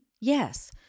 Yes